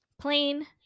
plane